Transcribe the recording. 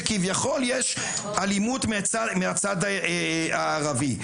כשכביכול יש אלימות מהצד הערבי.